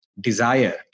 desire